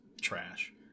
trash